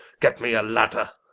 get me a ladder.